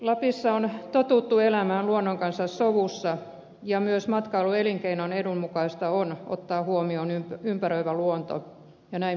lapissa on totuttu elämään luonnon kanssa sovussa ja myös matkailuelinkeinon edun mukaista on ottaa huomioon ympäröivä luonto ja näin myös tehdään